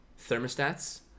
thermostats